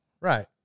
Right